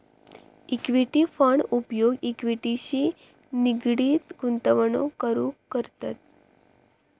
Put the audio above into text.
equity fund उपयोग इक्विटीशी निगडीत गुंतवणूक करूक करतत